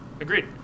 agreed